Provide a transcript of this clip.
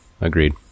agreed